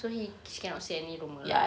so he she cannot say any rumour